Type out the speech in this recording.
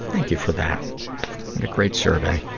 thank you for that. what a great survey.